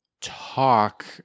talk